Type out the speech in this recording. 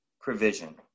provision